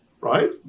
right